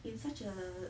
in such a